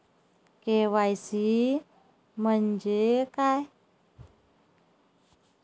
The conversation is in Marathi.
के.वाय.सी म्हंजे काय?